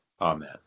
Amen